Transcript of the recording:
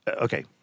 okay